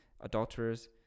adulterers